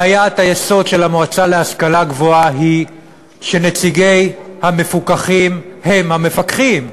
בעיית היסוד של המועצה להשכלה גבוהה היא שנציגי המפוקחים הם המפקחים.